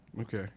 Okay